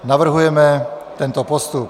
Navrhujeme tento postup.